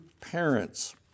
parents